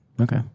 Okay